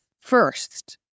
first